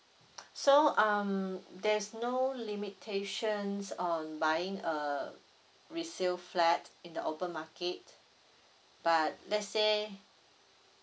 so um there's no limitations on buying a resale flat in the open market but let's say